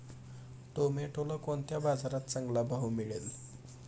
टोमॅटोला कोणत्या बाजारात चांगला भाव मिळेल?